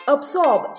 Absorb